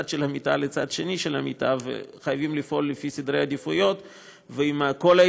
מצדיק מעבר תחנות ניטור ממפרץ חיפה או ממקורות